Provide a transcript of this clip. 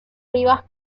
rivas